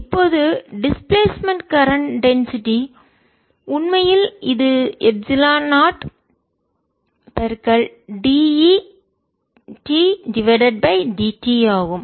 இப்போது டிஸ்பிளேஸ்மென்ட்இடப்பெயர்ச்சிகரண்ட்மின்னோட்டம்டென்சிட்டி அடர்த்தி உண்மையில் இது epsilon naught d E divided by dt ஆகும்